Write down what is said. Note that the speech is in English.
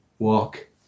Walk